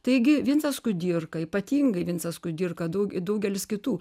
taigi vincas kudirka ypatingai vincas kudirka daug daugelis kitų